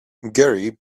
gary